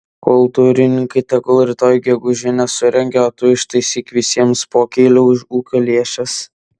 kultūrininkai tegul rytoj gegužinę surengia o tu ištaisyk visiems pokylį už ūkio lėšas